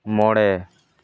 ᱢᱚᱬᱮ